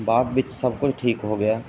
ਬਾਅਦ ਵਿੱਚ ਸਭ ਕੁਝ ਠੀਕ ਹੋ ਗਿਆ